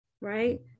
Right